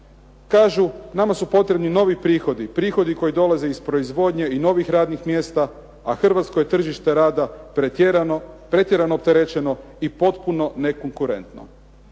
Kažu, nama su potrebni novi prihodi, prihodi koji dolaze iz proizvodnje i novih radnih mjesta, a hrvatsko je tržište rada pretjerano opterećeno i potpuno nekonkurentno.